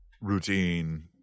routine